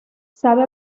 sabe